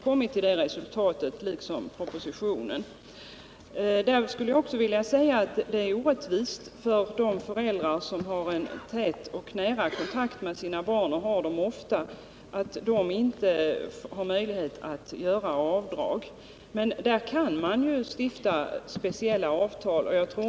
Jag håller med om att det är orättvist att de underhållsskyldiga föräldrar som har en tät och nära kontakt med sina barn och som ofta har dem hemma hos sig inte får göra något avdrag.